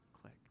click